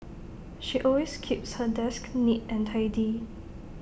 she always keeps her desk neat and tidy